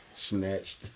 Snatched